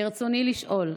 ברצוני לשאול: